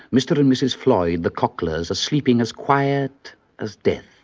mr and mrs floyd, the cocklers, are sleeping as quiet as death,